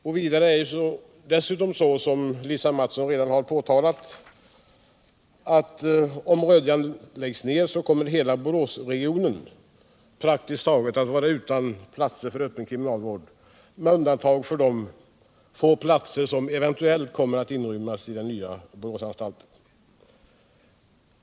Dessutom är det så, som Lisa Mattson redan har påpekat, att om Rödjan läggs ned kommer hela Boråsregionen att praktiskt taget sakna platser för öppen kriminalvård — med undantag för de få platser som eventuellt kommer att inrymmas i den nya Boråsanstalten.